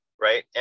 right